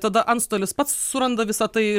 tada antstolis pats suranda visa tai